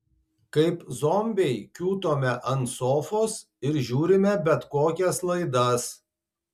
kaip zombiai kiūtome ant sofos ir žiūrime bet kokias laidas